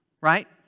right